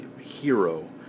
hero